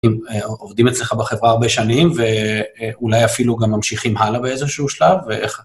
עובדים אצלך בחברה הרבה שנים ואולי אפילו גם ממשיכים הלאה באיזשהו שלב, ואיך...